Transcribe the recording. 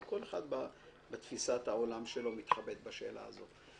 כל אחד בתפיסת העולם שלו מתחבט בשאלה הזו.